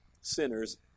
sinners